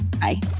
Bye